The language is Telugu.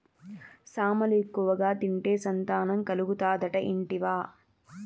సామలు ఎక్కువగా తింటే సంతానం కలుగుతాదట ఇంటివా